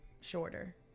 shorter